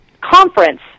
conference